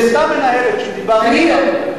שאותה מנהלת שדיברת עליה,